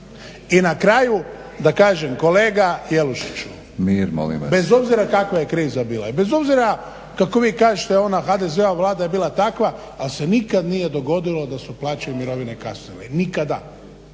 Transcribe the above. I na kraju kolega Jelušiću, bez obzira kakva je kriza bila, bez obzira kako vi kažete ona HDZ-ova Vlada je bila takva ali se nikada nije dogodilo da su plaće i mirovine kasnile. Nikada.